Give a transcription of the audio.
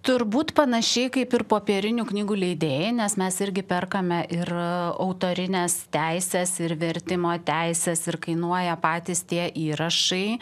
turbūt panašiai kaip ir popierinių knygų leidėjai nes mes irgi perkame ir autorines teises ir vertimo teises ir kainuoja patys tie įrašai